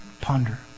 Ponder